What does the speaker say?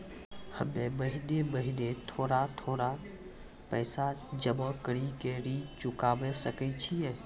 हम्मे महीना महीना थोड़ा थोड़ा पैसा जमा कड़ी के ऋण चुकाबै सकय छियै?